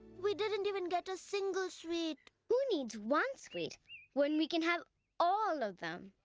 we didn't even get a single sweet. who needs one sweet when we can have all of them?